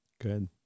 Good